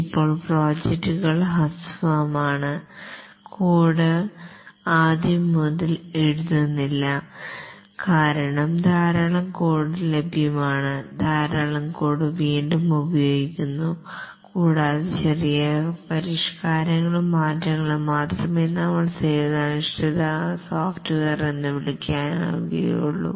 ഇപ്പോൾ പ്രോജക്റ്റുകൾ ഹ്രസ്വമാണ് കോഡ് ആദ്യം മുതൽ എഴുതുന്നില്ല കാരണം ധാരാളം കോഡ് ലഭ്യമാണ് ധാരാളം കോഡ് വീണ്ടും ഉപയോഗിക്കുന്നു കൂടാതെ ചെറിയ പരിഷ്കാരങ്ങളും മാറ്റങ്ങളും മാത്രമേ നമ്മൾ സേവനാധിഷ്ഠിത സോഫ്റ്റ്വെയർ എന്ന് വിളിക്കുന്നുള്ളൂ